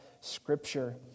Scripture